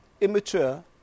immature